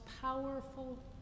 powerful